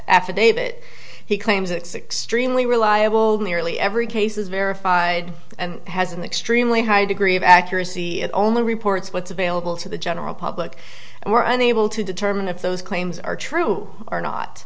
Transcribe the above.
affidavit he claims that sixteen li reliable nearly every case is verified and has an extremely high degree of accuracy it only reports what's available to the general public and we're unable to determine if those claims are true or